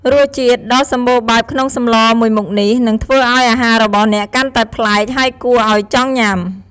រសជាតិដ៏សម្បូរបែបក្នុងសម្លមួយមុខនេះនឹងធ្វើឱ្យអាហាររបស់អ្នកកាន់តែប្លែក ហើយគួរឱ្យចង់ញ៉ាំ។